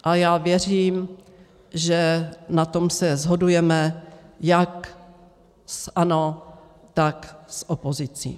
A já věřím, že na tom se shodujeme jak s ANO, tak s opozicí.